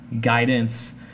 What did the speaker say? guidance